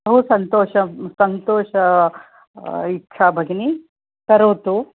बहु सन्तोषं सन्तोष इच्छा भगिनी करोतु